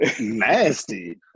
Nasty